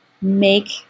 make